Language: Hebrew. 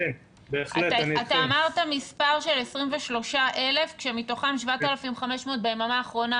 אתה אמרת מספר של 23,000 כשמתוכם 7,500 ביממה האחרונה.